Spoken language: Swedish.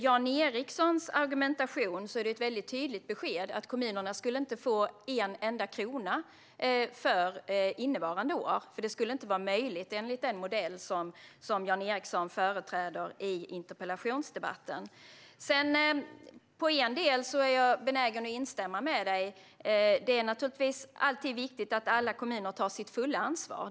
Jan Ericsons argumentation är ett mycket tydligt besked om att kommunerna inte skulle få en enda krona för innevarande år. Det skulle nämligen inte vara möjligt enligt den modell som Jan Ericson företräder i interpellationsdebatten. I en del är jag benägen att instämma med Jan Ericson. Det är naturligtvis viktigt att alla kommuner tar sitt fulla ansvar.